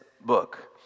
book